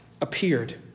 appeared